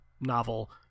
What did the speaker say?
novel